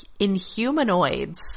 Inhumanoids